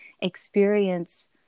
experience